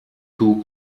too